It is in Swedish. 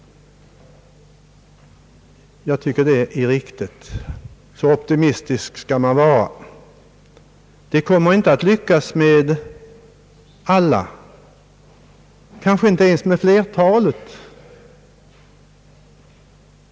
Jag tycker att det är riktigt — optimistisk skall man vara. Det kommer inte att lyckas med alla, kanske inte ens med flertalet.